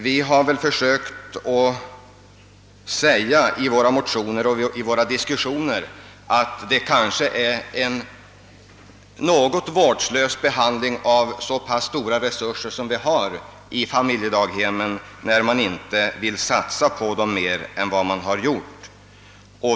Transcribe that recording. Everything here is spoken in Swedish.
Vi har försökt säga i våra motioner och våra diskussioner att det kanske är en något vårdslös behandling, för att nu använda fru Hörnlunds ordval, av så pass stora resurser som vi har i familjedaghemmen, när man inte vill satsa på dem mer än vad man har gjort.